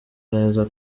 neza